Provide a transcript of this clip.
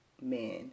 men